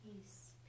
peace